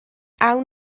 awn